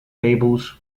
tables